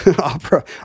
opera